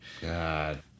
God